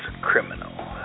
criminal